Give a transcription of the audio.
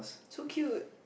so cute